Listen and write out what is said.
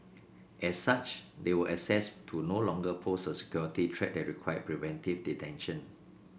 as such they were assessed to no longer pose a security threat that required preventive detention